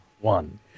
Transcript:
one